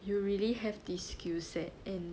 you really have this skill set and